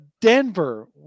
Denver